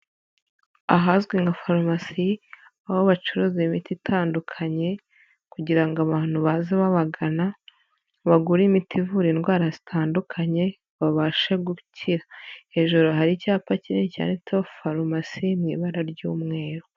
Ahazwi nka farumasi aho bacuruza imiti itandukanye kugira ngo abantu baze babagana bagure imiti ivura indwara zitandukanye babashe gukira, hejuru hari icyapa kinini cyanditseho farumasi mu ibara ry'umweru.